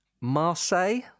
Marseille